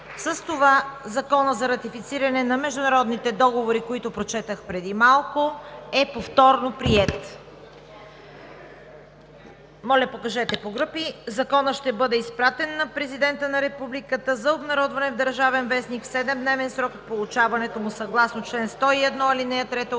С това Законът за ратифициране на международните договори, който прочетох преди малко, е повторно приет. (Ръкопляскания от ГЕРБ.) Законът ще бъде изпратен на Президента на Република България за обнародване в „Държавен вестник“ в 7-дневен срок от получаването му съгласно чл. 101, ал. 3 от